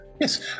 yes